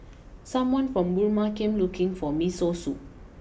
someone from Burma came looking for Miso Soup